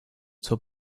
zur